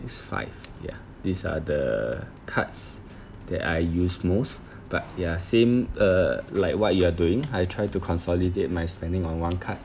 five ya these are the cards that I use most but ya same uh like what you are doing I try to consolidate my spending on one card